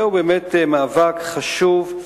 זהו באמת מאבק חשוב.